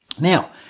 Now